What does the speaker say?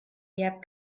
jääb